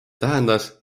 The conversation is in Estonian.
tähendas